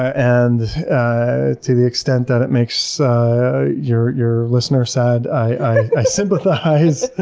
and ah to the extent that it makes your your listener sad, i sympathize.